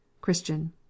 christian